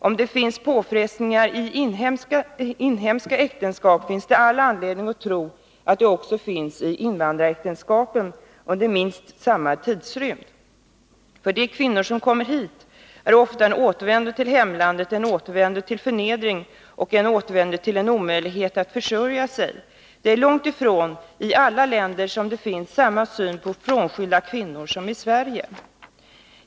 Om det finns påfrestningar i inhemska äktenskap finns det all anledning att tro att det också finns i invandraräktenskapen under samma tidrymd. För de kvinnor som kommer hit är ofta en återvändo till hemlandet en återvändo till förnedring och en omöjlighet att försörja sig. Det är långt ifrån i alla länder som det finns samma syn på frånskilda kvinnor som i Sverige.